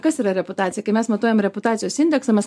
kas yra reputacija kai mes matuojam reputacijos indeksą mes